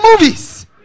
movies